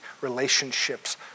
Relationships